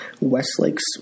Westlake's